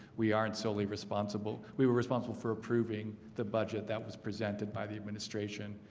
we aren't solely responsible we were responsible for approving the budget that was presented by the administration.